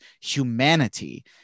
humanity